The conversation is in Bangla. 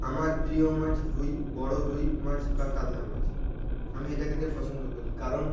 আমার প্রিয় মাছ রুই বড়ো রুই মাছ বা কাতলা মাছ আমি এটা খেতে পছন্দ করি কারণ